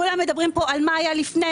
כולם מדברים פה על מה שהיה לפני,